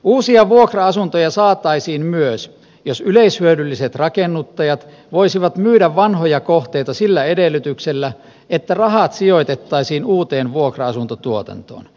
uusia vuokra asuntoja saataisiin myös jos yleishyödylliset rakennuttajat voisivat myydä vanhoja kohteita sillä edellytyksellä että rahat sijoitettaisiin uuteen vuokra asuntotuotantoon